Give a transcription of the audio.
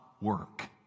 work